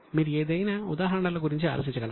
మీరు ఏదైనా ఉదాహరణల గురించి ఆలోచించగలరా